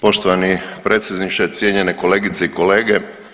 Poštovani predsjedniče, cijenjene kolegice i kolege.